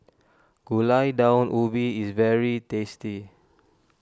Gulai Daun Ubi is very tasty